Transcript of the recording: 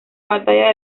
batalla